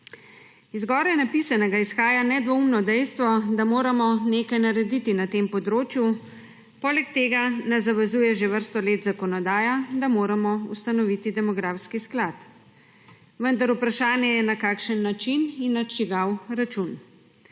Iz zgoraj napisanega izhaja nedvoumno dejstvo, da moramo nekaj narediti na tem področju, poleg tega nas zavezuje že vrsto let zakonodaja, da moramo ustanoviti demografski sklad. Vendar vprašanje je, na kakšen način in na čigav račun.